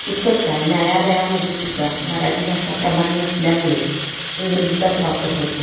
इतकंच काय न्यायालयामध्ये सुद्धा मराठी भाषा प्रमाण नसल्यामुळे इंग्रजीचा वापर होतो